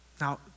Now